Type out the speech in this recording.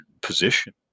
position